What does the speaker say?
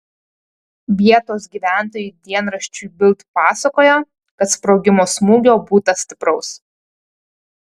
vietos gyventojai dienraščiui bild pasakojo kad sprogimo smūgio būta stipraus